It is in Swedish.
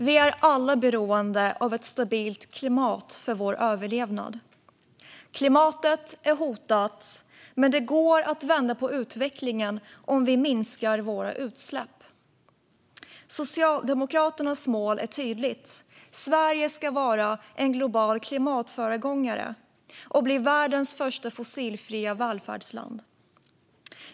Herr talman! Vi är alla beroende av ett stabilt klimat för vår överlevnad. Klimatet är hotat, men det går att vända utvecklingen om vi minskar våra utsläpp. Socialdemokraternas mål är tydligt: Sverige ska vara en global klimatföregångare och bli världens första fossilfria välfärdsland.